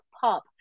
pop